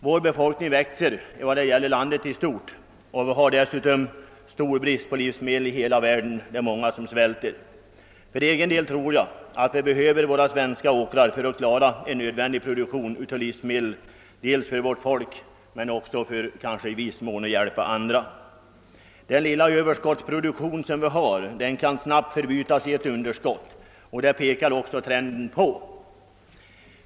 Vår befolkning växer vad gäller landet i stort, och det råder dessutom svår brist på livsmedel i hela världen. Många människor svälter. Jag tror att vi behöver de svenska åkrarna för att klara en nödvändig produktion av livsmedel dels för vårt eget folk, dels kanske i viss mån för att hjälpa andra. Den lilla överskottsproduktion vi har kan snabbt förbytas i ett underskott, och det pekar också trenden på.